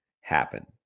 happen